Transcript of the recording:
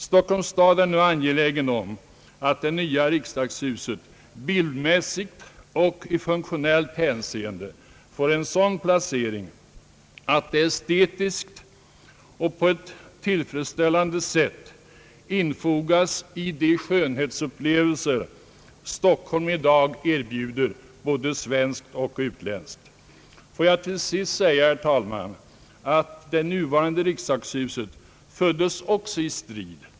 Stockholms stad är nu angelägen om att det nya riksdagshuset bildmässigt och i funktionellt hänseende får en så dan placering att det estetiskt och på ett tillfredsställande sätt infogas i de skönhetsupplevelser Stockholm i dag erbjuder både svenskt och utländskt. Låt mig till sist, herr talman, säga att det nuvarande riksdagshuset föddes också i strid.